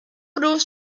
proved